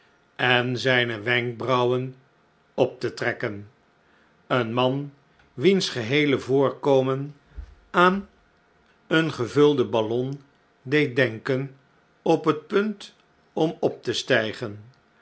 en zijne wenkbrauwen op te trekken een man wiens geheele voorkomen aan een gevulden ballon deed denken op het punt om op te stijgen